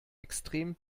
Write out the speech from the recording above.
extrem